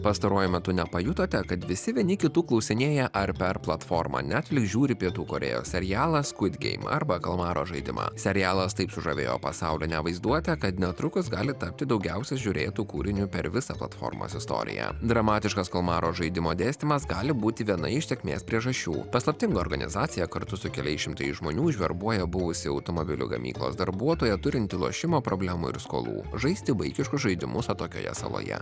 pastaruoju metu nepajutote kad visi vieni kitų klausinėja ar per platformą netfliks žiūri pietų korėjos serialą skutgeim arba kalmaro žaidimą serialas taip sužavėjo pasaulinę vaizduotę kad netrukus gali tapti daugiausia žiūrėtu kūriniu per visą platformos istoriją dramatiškas kalmaro žaidimo dėstymas gali būti viena iš sėkmės priežasčių paslaptinga organizacija kartu su keliais šimtais žmonių užverbuoja buvusį automobilių gamyklos darbuotoją turintį lošimo problemų ir skolų žaisti vaikiškus žaidimus atokioje saloje